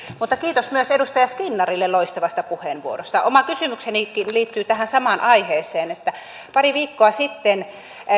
mutta kiitos myös edustaja skinnarille loistavasta puheenvuorosta oma kysymyksenikin liittyy tähän samaan aiheeseen pari viikkoa sitten